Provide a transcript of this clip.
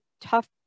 tough